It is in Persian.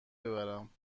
ببرم